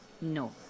No